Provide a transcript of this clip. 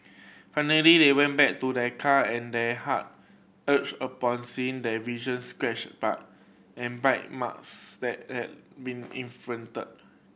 finally they went back to their car and their heart ached upon seeing the scratch by and bite marks that had been inflicted